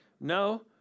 No